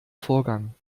vorgang